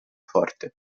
forte